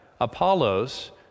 Apollos